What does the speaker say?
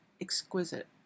exquisite